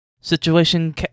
situation